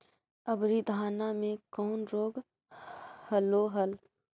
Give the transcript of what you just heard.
अबरि धाना मे कौन रोग हलो हल?